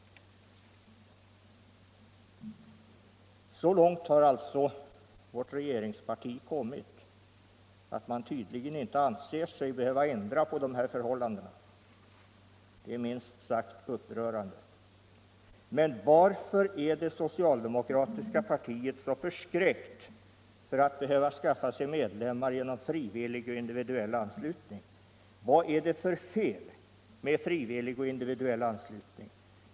Så långt tycks alltså vårt regeringsparti ha kommit att man inte anser sig behöva ändra på de här förhållandena. Det är minst sagt upprörande. Men varför är det socialdemokratiska partiet så förskräckt för att behöva skaffa sig medlemmar genom frivillig och individuell anslutning? Vad är det för fel med frivillig och individuell anslutning?